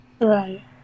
Right